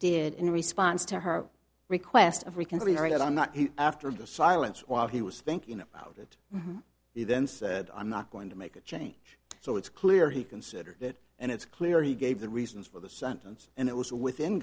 did in response to her request of reconsidering that i'm not after the silence while he was thinking about it he then said i'm not going to make a change so it's clear he considered that and it's clear he gave the reasons for the sentence and it was within